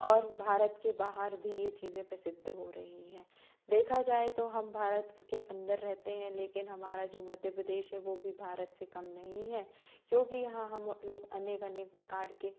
और भारत के बाहर भी ये चीज़ें प्रसिद्ध हो रही हैं देखा जाए तो हम भारत क्यों के अंदर रहते हैं लेकिन हमारा जो मध्य प्रदेश है वो भी भारत से कम नहीं है क्योंकि यहाँ हम लोग अनेक अनेक प्रकार के